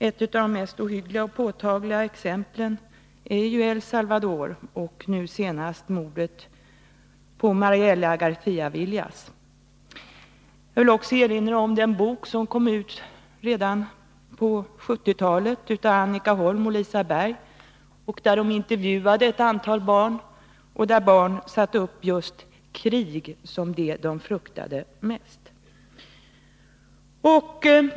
Ett av de mest ohyggliga och påtagliga exemplen är El Salvador, nu senast aktualiserat genom mordet på Marianella Garcia-Villas. Jag villi sammanhanget också erinra om den bok av Annika Holm och Lisa Berg som kom ut redan på 1970-talet. I boken intervjuades ett antal barn, och de nämnde där krig som någonting de fruktade mest.